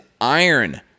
iron